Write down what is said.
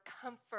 comfort